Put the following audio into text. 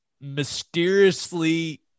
mysteriously